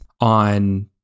on